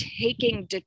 taking